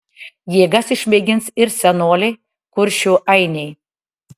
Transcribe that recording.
jėgas išmėgins ir senoliai kuršių ainiai